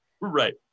Right